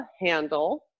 handle